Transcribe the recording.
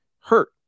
hurt